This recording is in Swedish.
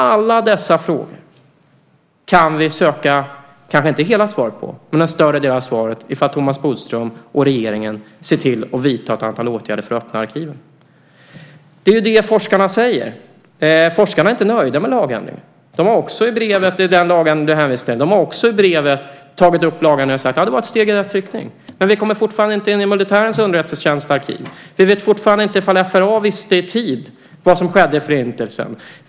Alla dessa frågor kan vi söka kanske inte hela svaret på, men en större del av svaret om Thomas Bodström och regeringen vidtar ett antal åtgärder för att öppna arkiven. Det är det forskarna säger. Forskarna är inte nöjda med den lagändring du hänvisar till. I brevet har de också tagit upp lagändringen och sagt att det var ett steg i rätt riktning, men de kommer fortfarande inte in i militärens underrättelsetjänsts arkiv. De vet fortfarande inte om FRA i tid visste vad som skedde i Förintelsen.